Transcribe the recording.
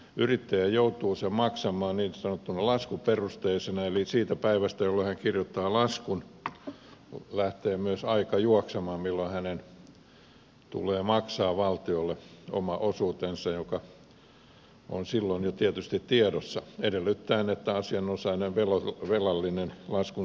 yrittäjä joutuu sen maksamaan niin sanotusti laskuperusteisena eli siitä päivästä jolloin hän kirjoittaa laskun lähtee aika juoksemaan milloin hänen tulee maksaa valtiolle oma osuutensa joka on silloin jo tietysti tiedossa edellyttäen että asianosainen velallinen laskunsaaja maksaa laskun